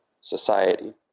society